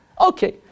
Okay